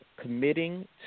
committing